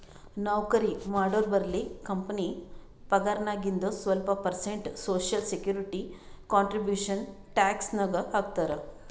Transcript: ನೌಕರಿ ಮಾಡೋರ್ಬಲ್ಲಿ ಕಂಪನಿ ಪಗಾರ್ನಾಗಿಂದು ಸ್ವಲ್ಪ percent social security contribution tax ನಾಗ್ ಹಾಕ್ತಾರ್